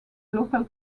local